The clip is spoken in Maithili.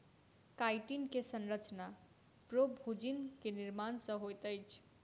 काइटिन के संरचना प्रोभूजिन के निर्माण सॅ होइत अछि